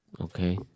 Okay